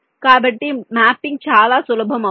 కాబట్టి మ్యాపింగ్ చాలా సులభం అవుతుంది